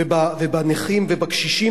ובקשישים,